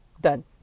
done